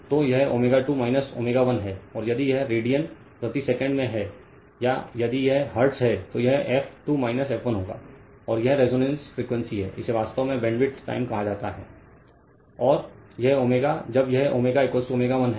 तो यह ω2 ω 1 है या यदि यह रेडियन प्रति सेकंड में है या यदि यह हर्ट्ज है तो यह f 2 f 1 होगा और यह रेजोनेंस फ्रीक्वेंसी है इसे वास्तव में बैंडविड्थ टाइम कहा जाता है और यह ω जब यह ω ω 1 है